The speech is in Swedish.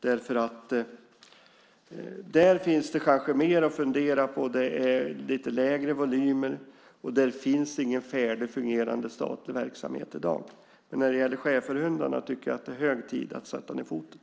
Där finns det kanske mer att fundera på. Det är lite lägre volymer, och där finns ingen färdig fungerande statlig verksamhet i dag. Men när det gäller schäferhundarna tycker jag att det är hög tid att sätta ned foten.